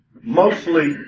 mostly